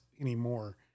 anymore